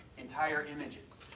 entire images,